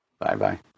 Bye-bye